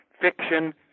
fiction